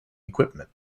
equipment